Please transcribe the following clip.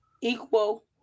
equal